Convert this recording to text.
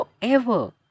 forever